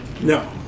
No